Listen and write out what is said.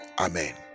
Amen